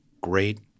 great